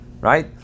right